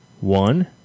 one